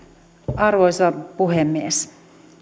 arvoisa puhemies